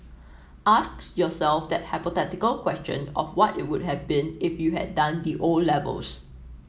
ask yourself that hypothetical question of what it would have been if you had done the O levels